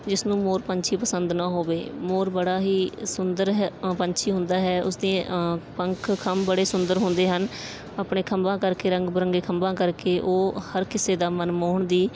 ਜਿਸ ਨੂੰ ਮੋਰ ਪੰਛੀ ਪਸੰਦ ਨਾ ਹੋਵੇ ਮੋਰ ਬੜਾ ਹੀ ਸੁੰਦਰ ਹੈ ਪੰਛੀ ਹੁੰਦਾ ਹੈ ਉਸਦੇ ਪੰਖ ਖੰਭ ਬੜੇ ਸੁੰਦਰ ਹੁੰਦੇ ਹਨ ਆਪਣੇ ਖੰਭਾਂ ਕਰਕੇ ਰੰਗ ਬਿਰੰਗੇ ਖੰਭਾਂ ਕਰਕੇ ਉਹ ਹਰ ਕਿਸੇ ਦਾ ਮਨਮੋਹਣ ਦੀ